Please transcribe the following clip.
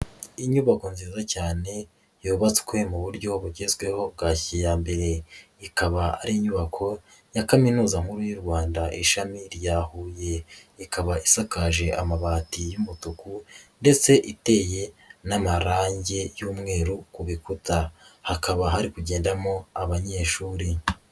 Inyubako nziza cyane yubatswe mu buryo bugezweho bwa kijyambere. Ikaba ari inyubako ya kaminuza nkuru y'u Rwanda, ishami rya Huye. Ikaba isakaje amabati y'umutuku ndetse iteye n'amarange y'umweru ku bikuta. Hakaba hari kugendamo abanyeshuri.